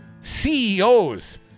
CEOs